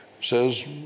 says